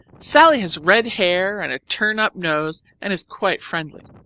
sallie has red hair and a turn-up nose and is quite friendly